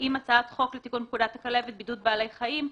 עם הצעת חוק לתיקון פקודת הכלבת (בידוד בעלי חיים),